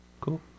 Cool